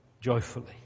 joyfully